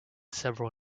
several